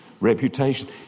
reputation